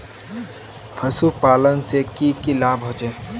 पशुपालन से की की लाभ होचे?